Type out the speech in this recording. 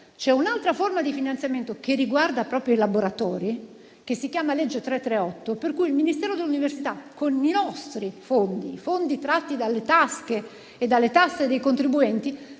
C'è un'altra forma di finanziamento che riguarda proprio i laboratori (legge n. 338). Il Ministero dell'università con i nostri fondi, fondi tratti dalle tasche e dalle tasse dei contribuenti,